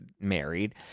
married